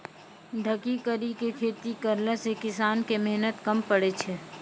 ढकी करी के खेती करला से किसान के मेहनत कम पड़ै छै